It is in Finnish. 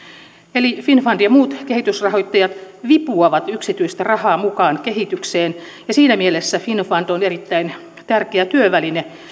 eli finnfund ja muut kehitysrahoittajat vipuavat yksityistä rahaa mukaan kehitykseen ja siinä mielessä finnfund on erittäin tärkeä työväline